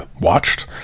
watched